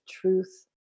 truth